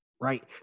right